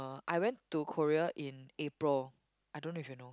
I went to Korea in April I don't know if you know